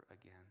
again